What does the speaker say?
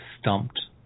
stumped